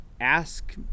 ask